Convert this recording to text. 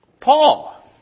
Paul